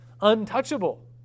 untouchable